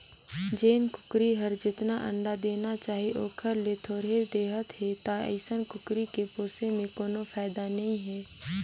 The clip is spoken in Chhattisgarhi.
जेन कुकरी हर जेतना अंडा देना चाही ओखर ले थोरहें देहत हे त अइसन कुकरी के पोसे में कोनो फायदा नई हे